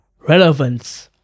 relevance